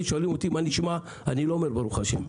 כששואלים אותי "מה נשמע?" אני לא אומר: ברוך השם.